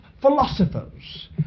philosophers